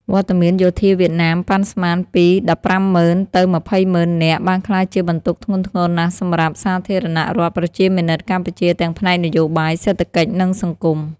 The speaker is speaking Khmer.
វត្តមានយោធាវៀតណាមប៉ាន់ស្មានពី ១៥០.០០០ ទៅ ២០០.០០០ នាក់ បានក្លាយជាបន្ទុកធ្ងន់ធ្ងរណាស់សម្រាប់ សាធារណរដ្ឋប្រជាមានិតកម្ពុជា ទាំងផ្នែកនយោបាយ សេដ្ឋកិច្ច និងសង្គម។